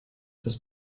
das